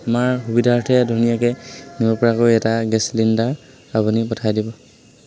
আমাৰ সুবিধাৰ্থে ধুনীয়াকৈ নিব পৰাকৈ এটা গেছ চিলিণ্ডাৰ আপুনি পঠাই দিব